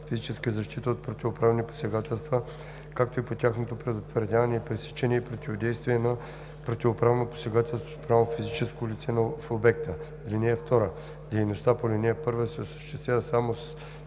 физическа защита от противоправни посегателства, както и по тяхното предотвратяване и пресичане, и противодействие на противоправно посегателство спрямо физическо лице в обекта. (2) Дейността по ал. 1 се осъществява само с